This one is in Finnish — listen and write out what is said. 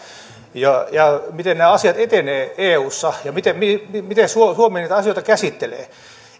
ja ja miten nämä asiat etenevät eussa ja miten suomi näitä asioita käsittelee